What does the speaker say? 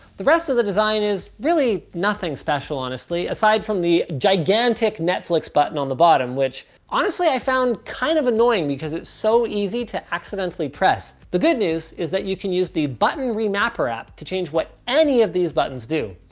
the rest of the design is really nothing special, honestly, aside from the gigantic netflix button on the bottom, which honestly i found kind of annoying because it's so easy to accidentally press. the good news is that you can use the button remapper app to change what any of these buttons do.